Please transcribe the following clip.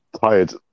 Tired